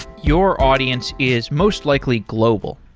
your audience is most likely global.